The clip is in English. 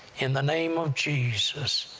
in the name of jesus,